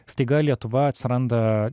staiga lietuva atsiranda